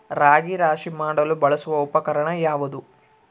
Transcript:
ರಾಗಿ ರಾಶಿ ಮಾಡಲು ಬಳಸುವ ಉಪಕರಣ ಯಾವುದು?